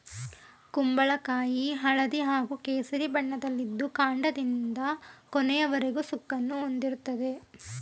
ಕುಂಬಳಕಾಯಿ ಹಳದಿ ಹಾಗೂ ಕೇಸರಿ ಬಣ್ಣದಲ್ಲಿದ್ದು ಕಾಂಡದಿಂದ ಕೊನೆಯವರೆಗೂ ಸುಕ್ಕನ್ನು ಹೊಂದಿರ್ತದೆ